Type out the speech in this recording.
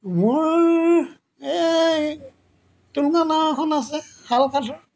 মোৰ এই টুলুঙা নাও এখন অছে শাল কাঠৰ